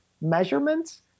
measurements